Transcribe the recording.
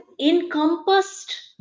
encompassed